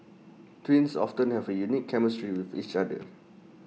twins often have A unique chemistry with each other